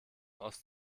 ost